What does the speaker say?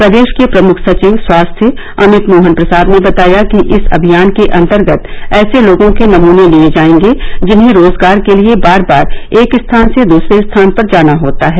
प्रदेश के प्रमुख सचिव स्वास्थ्य अमित मोहन प्रसाद ने बताया कि इस अभियान के अंतर्गत ऐसे लोगों के नमूने लिए जाएंगे जिन्हें रोजगार के लिए बार बार एक स्थान से दूसरे स्थान पर जाना होता है